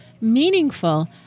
meaningful